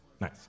Nice